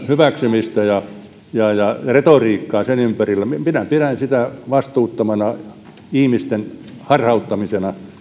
hyväksymistä ja ja retoriikkaa sen ympärillä minä pidän sitä vastuuttomana ihmisten harhauttamisena